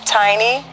tiny